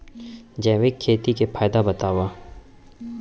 जैविक खेती के फायदा बतावा?